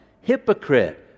Hypocrite